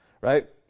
right